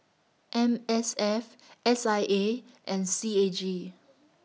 M S F S I A and C A G